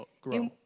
grow